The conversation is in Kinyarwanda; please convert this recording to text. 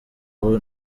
ubu